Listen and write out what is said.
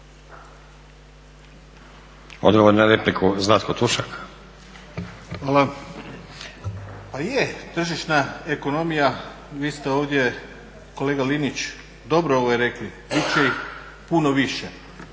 laburisti - Stranka rada)** Hvala. Pa je, tržišna ekonomija, vi ste ovdje kolega Linić, dobro rekli. Bit će ih puno više.